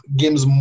games